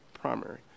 primary